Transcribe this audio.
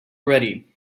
ready